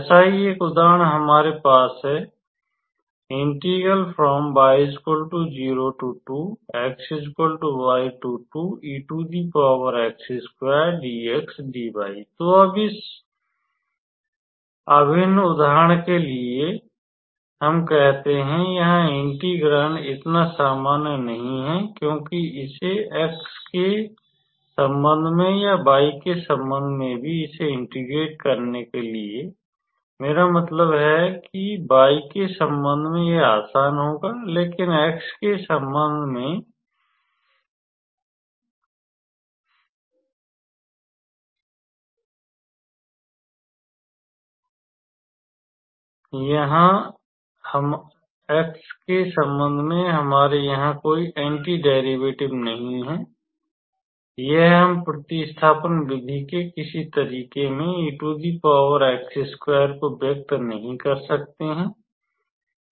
ऐसा ही एक उदाहरण हमारे पास है तो अब इस अभिन्न उदाहरण के लिए हम कहते हैं यहाँ इंटीग्रांड इतना सामान्य नहीं है क्योंकि इसे x के संबंध में या y के संबंध में भी इसे इंटीग्रेट करने के लिए मेरा मतलब है कि y के संबंध में यह आसान होगा लेकिन x के संबंध में हमारे यहाँ कोई एंटी डिरिवैटिव नहीं है या हम प्रतिस्थापन विधि के किसी तरीके में को व्यक्त नहीं कर सकते हैं